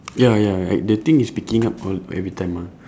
ya ya like the thing is picking up all every time ah